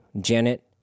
Janet